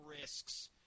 risks